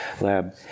lab